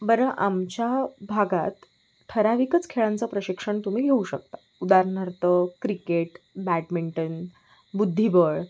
बरं आमच्या भागात ठराविकच खेळांचं प्रशिक्षण तुम्ही घेऊ शकता उदाहरणार्थ क्रिकेट बॅडमिंटन बुद्धिबळ